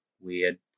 weird